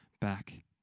back